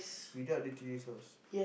without the chili sauce